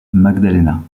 magdalena